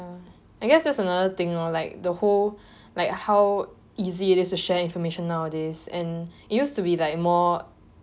ya I guess that's the another thing lor like the whole like how easy is this to share information nowadays and it used to be like more